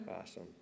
Awesome